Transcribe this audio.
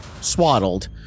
swaddled